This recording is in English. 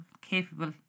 capable